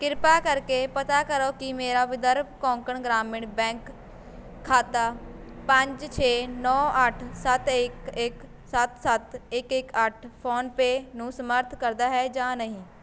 ਕਿਰਪਾ ਕਰਕੇ ਪਤਾ ਕਰੋ ਕੀ ਮੇਰਾ ਵਿਦਰਭ ਕੋਂਕਣ ਗ੍ਰਾਮੀਣ ਬੈਂਕ ਖਾਤਾ ਪੰਜ ਛੇ ਨੌ ਅੱਠ ਸੱਤ ਇੱਕ ਇੱਕ ਸੱਤ ਸੱਤ ਇੱਕ ਇੱਕ ਅੱਠ ਫੋਨ ਪੇ ਨੂੰ ਸਮਰਥਨ ਕਰਦਾ ਹੈ ਜਾਂ ਨਹੀਂ